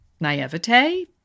naivete